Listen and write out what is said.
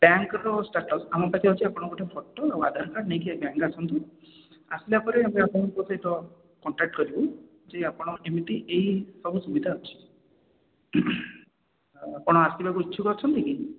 ବ୍ୟାଙ୍କର ଷ୍ଟାଟସ୍ ଆମ ପାଖରେ ଅଛି ଆପଣ ଗୋଟେ ଫଟୋ ଆଧାର କାର୍ଡ଼ ନେଇକି ଆଗେ ବ୍ୟାଙ୍କ ଆସନ୍ତୁ ଆସିଲା ପରେ ଆମେ ଆପଣଙ୍କ ସହିତ କଣ୍ଟାକ୍ଟ କରିବୁ ଯେ ଆପଣ ଏମିତି ଏଇ ସବୁ ସୁବିଧା ଅଛି ଆଉ ଆପଣ ଆସିବାକୁ ଇଚ୍ଛୁକ ଅଛନ୍ତି କି